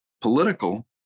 political